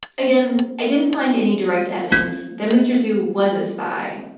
again, i didn't find any direct evidence that mr. zhu was a spy,